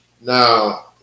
Now